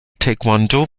taekwondo